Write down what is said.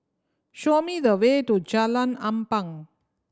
show me the way to Jalan Ampang